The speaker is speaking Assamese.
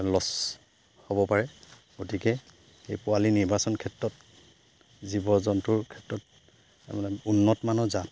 লছ হ'ব পাৰে গতিকে এই পোৱালী নিৰ্বাচন ক্ষেত্ৰত জীৱ জন্তুৰ ক্ষেত্ৰত মানে উন্নত মানৰ জাত